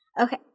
okay